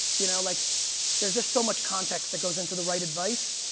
you know like there's just so much context that goes into the right advice.